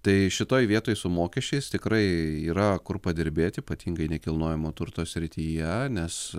tai šitoj vietoj su mokesčiais tikrai yra kur padirbėti ypatingai nekilnojamo turto srityje nes